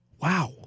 Wow